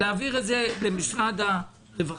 להעביר את זה למשרד הרווחה,